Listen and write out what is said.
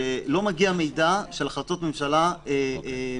ולא מגיע מידע של החלטות ממשלה מיידיות.